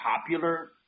popular